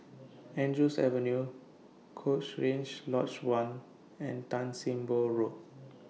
Andrews Avenue Cochrane Lodge one and Tan SIM Boh Road